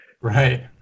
Right